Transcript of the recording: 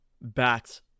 bats